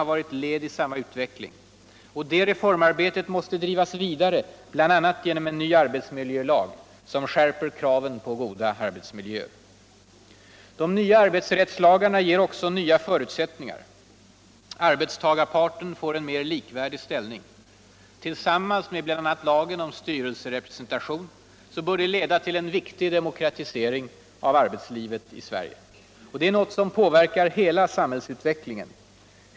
har varit led i samma utveckling. Det reformarbetet måste drivas vidare bl.a. genom en nvy arbetsmiljölag, som skärper kraven på goda arbetsmiljöer. De nva arbetsrättslagarna ger också nya förutsättningar. Arbetstagarparten får en mer likvärdig ställning. Tillsammans med bl.a. lagen om styrelserepresentation bör det leda till en viktig demokratisering av arbetslivet i Sverige. Och det är något som påverkar hela samhällsutvecklingen.